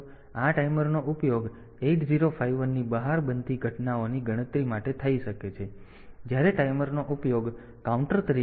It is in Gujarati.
તેથી આ ટાઈમરનો ઉપયોગ 8051 ની બહાર બનતી ઘટનાઓની ગણતરી માટે થઈ શકે છે જ્યારે ટાઈમરનો ઉપયોગ કાઉન્ટર તરીકે થાય છે